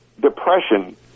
depression